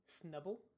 Snubble